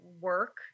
work